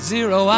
Zero